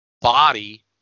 body